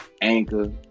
Anchor